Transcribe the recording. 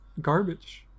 garbage